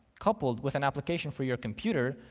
coupled with an application for your computer,